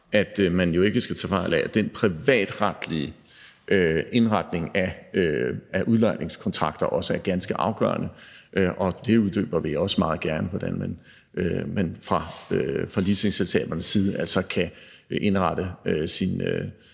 at man jo ikke skal tage fejl af, at den privatretlige indretning af udlejningskontrakter også er ganske afgørende, og det uddyber vi også meget gerne, altså hvordan man fra leasingselskabernes side kan indrette sine